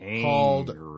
called